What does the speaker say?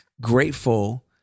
grateful